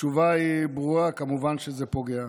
התשובה היא ברורה: כמובן שזה פוגע.